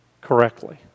correctly